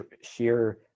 sheer